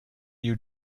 you